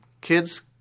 kids